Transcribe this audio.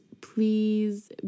please